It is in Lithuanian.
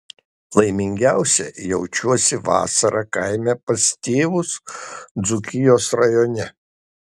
laimingiausia jaučiuosi vasarą kaime pas tėvus dzūkijos rajone